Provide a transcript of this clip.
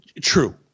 True